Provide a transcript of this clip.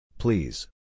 Please